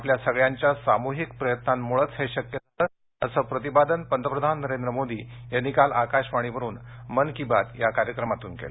आपल्या सगळ्यांच्या सामुहिक प्रयत्नांमुळेच हे शक्य झालं असं प्रतिपादन पंतप्रधान नरेंद्र मोदी यांनी काल आकाशवाणीवरुन मन की बात या कार्यक्रमातून केलं